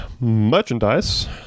merchandise